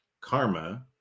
karma